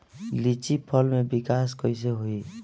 लीची फल में विकास कइसे होई?